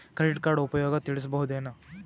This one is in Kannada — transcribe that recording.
ಕ್ರೆಡಿಟ್ ಕಾರ್ಡ್ ಉಪಯೋಗ ತಿಳಸಬಹುದೇನು?